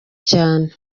cyane